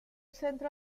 centro